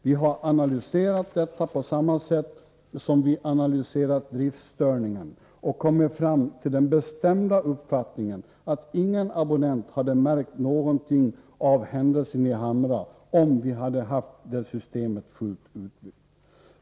Vi har analyserat detta på samma sätt som vi analyserat driftstörningen och kommit fram till den bestämda uppfattningen att ingen abonnent hade märkt någonting av händelsen i Hamra om vi hade haft det systemet fullt utbyggt.